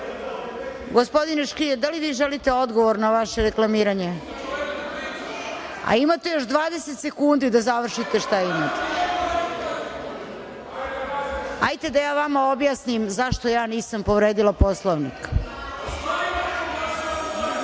mikrofon? Gospodine Šrijelj da li vi želite odgovor na vaše reklamiranje? Imate još 20 sekundi da završite šta imate. Hajde da ja vama objasnim zašto ja nisam povredila Poslovnik